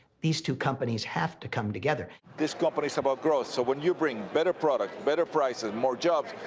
these two companies have to come together. this company's about growth, so when you bring better product, better prices, more jobs,